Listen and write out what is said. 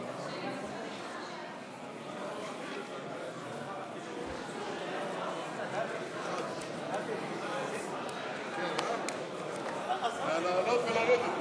אדוני.